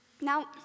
Now